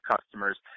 customers